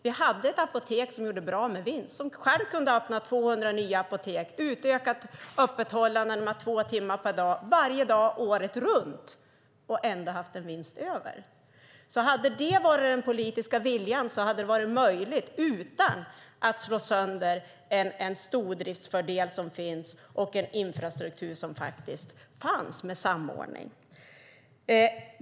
Vi hade ett apotek som gjorde bra vinst, som själv kunde ha öppnat 200 nya apotek, utökat öppethållandet med två timmar per dag, varje dag, året runt, och ändå haft en vinst över. Hade det varit den politiska viljan hade det varit möjligt utan att slå sönder en stordriftsfördel och en infrastruktur med samordning som faktiskt fanns.